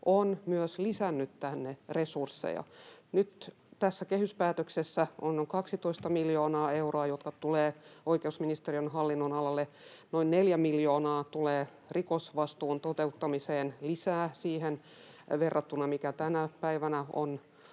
on myös lisännyt tänne resursseja. Nyt tässä kehyspäätöksessä on 12 miljoonaa euroa, jotka tulevat oikeusministeriön hallinnonalalle. Noin 4 miljoonaa tulee rikosvastuun toteuttamiseen lisää siihen verrattuna, mikä tänä päivänä on